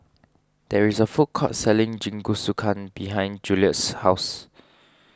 there is a food court selling Jingisukan behind Juliette's house